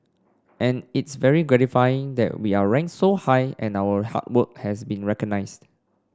and it's very gratifying that we are ranked so high and our hard work has been recognised